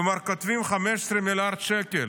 כלומר כותבים 15 מיליארד שקל